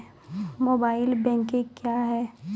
Mobile banking क्या हैं?